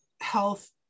health